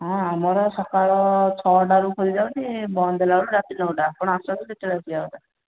ହଁ ଆମର ସକାଳ ଛଅଟାରୁ ଖୋଲିଯାଉଛି ବନ୍ଦ ହେଲା ବେଳକୁ ରାତି ନଅଟା ଆପଣ ଆସନ୍ତୁ ଯେତେବେଳୁ ଆସିବା କଥା